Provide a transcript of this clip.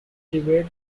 debate